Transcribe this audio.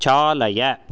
चालय